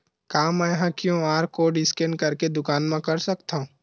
का मैं ह क्यू.आर कोड स्कैन करके दुकान मा कर सकथव?